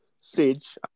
sage